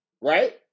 Right